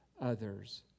others